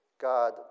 God